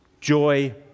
Joy